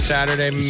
Saturday